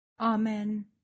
Amen